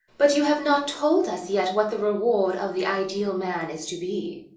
but you have not told us yet what the reward of the ideal man is to be.